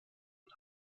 und